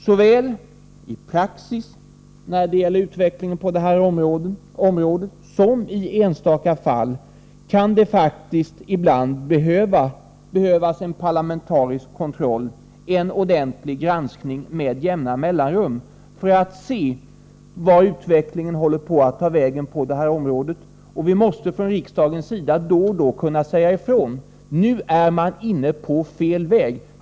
Såväl i praxis när det gäller utvecklingen på detta område som i enstaka fall kan det faktiskt ibland behövas en parlamentarisk kontroll, en ordentlig granskning med jämna mellanrum, för att se vart utvecklingen är på väg på detta område. Vi måste från riksdagens sida då och då kunna säga ifrån: Nu är man inne på fel väg.